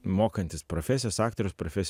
mokantis profesijos aktoriaus profes